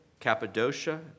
Cappadocia